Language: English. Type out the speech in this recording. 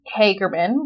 hagerman